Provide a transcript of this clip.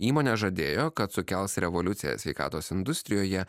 įmonė žadėjo kad sukels revoliuciją sveikatos industrijoje